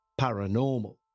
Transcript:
paranormal